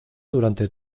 durante